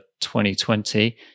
2020